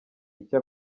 icyo